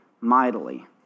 mightily